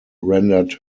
rendered